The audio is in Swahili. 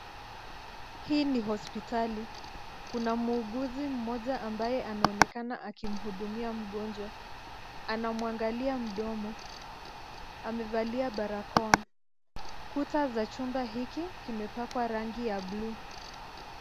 Hii ni hospitali. Kuna muuguzi akionekana akimhudumia mgonjwa. Anamwangalia mdomo. Amevalia barakoa. Kuta za chumba hiki kimepakwa rangi ya buluu.